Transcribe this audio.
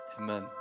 Amen